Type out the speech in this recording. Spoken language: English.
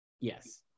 yes